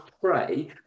pray